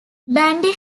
bandy